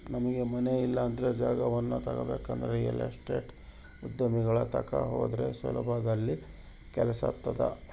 ನಮಗೆ ಮನೆ ಇಲ್ಲಂದ್ರ ಜಾಗವನ್ನ ತಗಬೇಕಂದ್ರ ರಿಯಲ್ ಎಸ್ಟೇಟ್ ಉದ್ಯಮಿಗಳ ತಕ ಹೋದ್ರ ಸುಲಭದಲ್ಲಿ ಕೆಲ್ಸಾತತೆ